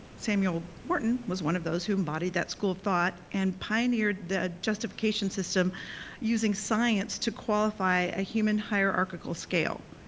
samuel morton was one of those who embodied that school of thought, and pioneered the justification system using science to qualify a human hierarchical scale.